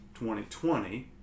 2020